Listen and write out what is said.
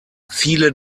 viele